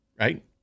right